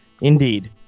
Indeed